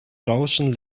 rauschen